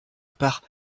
part